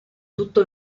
tutto